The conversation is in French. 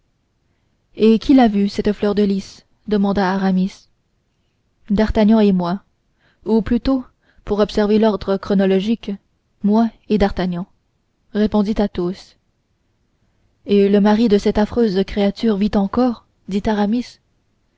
et qui l'a vue cette fleur de lis demanda aramis d'artagnan et moi ou plutôt pour observer l'ordre chronologique moi et d'artagnan répondit athos et le mari de cette affreuse créature vit encore dit aramis